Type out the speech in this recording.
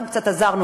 אנחנו קצת עזרנו,